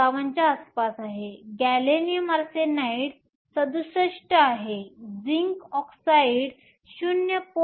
55 च्या आसपास आहे गॅलियम आर्सेनाइड 67 झिंक ऑक्साईड 0